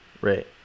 right